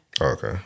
Okay